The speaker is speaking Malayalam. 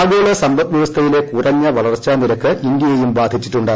ആഗോള സമ്പദ് വൃവസ്ഥയിലെ കുറഞ്ഞ വളർച്ചാ നിരക്ക് ഇന്ത്യയേയും ബാധിച്ചിട്ടുണ്ട്